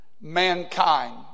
mankind